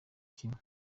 kimwe